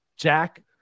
Jack